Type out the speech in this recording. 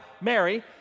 Mary